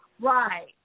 Right